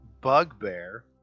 bugbear